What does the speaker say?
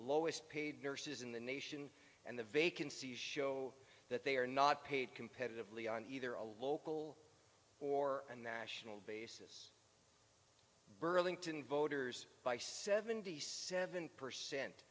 lowest paid nurses in the nation and the vacancies show that they are not paid competitively on either a local or a national basis burlington voters by seventy seven percent